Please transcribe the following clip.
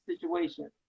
situation